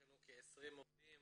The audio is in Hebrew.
יש לנו כ-20 עובדים